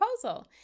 Proposal